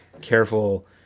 careful